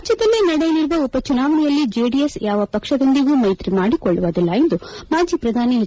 ರಾಜ್ಯದಲ್ಲಿ ನಡೆಯಲಿರುವ ಉಪಚುನಾವಣೆಯಲ್ಲಿ ಜೆಡಿಎಸ್ ಯಾವ ಪಕ್ಷದೊಂದಿಗೂ ಮೈತ್ರಿ ಮಾಡಿಕೊಳ್ಳುವುದಿಲ್ಲ ಎಂದು ಮಾಜಿ ಪ್ರಧಾನಿ ಎಚ್